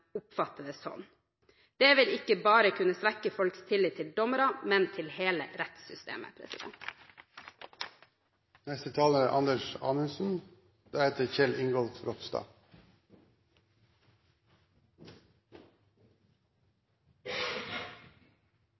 oppfatte det sånn. Det vil ikke bare kunne svekke folks tillit til dommerne, men til hele rettssystemet.